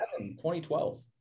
2012